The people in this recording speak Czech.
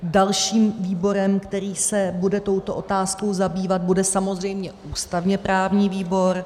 Dalším výborem, který se bude touto otázkou zabývat, bude samozřejmě ústavněprávní výbor.